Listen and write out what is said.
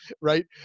right